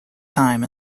time